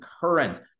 current